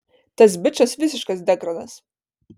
tas bičas visiškas degradas